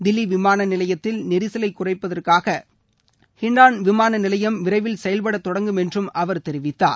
தில்லி விமானநிலையத்தில் நெரிசலை குறைப்பதற்காக ஹின்டான் விமான நிலையம் விரைவில் செயல்பட தொடங்கும் என்றும் அவர் தெரிவித்தார்